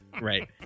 right